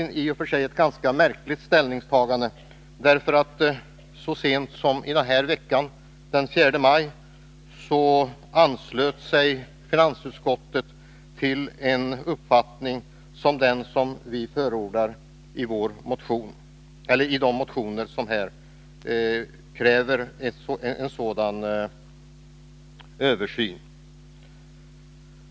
Det är i och för sig ett ganska märkligt ställningstagande, eftersom finansutskottet så sent som denna vecka, närmare bestämt den 4 maj, i samband med behandlingen av ett annat betänkande anslöt sig till samma uppfattning som den som framförs i de motioner som kräver en översyn.